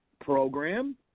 program